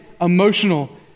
emotional